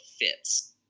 fits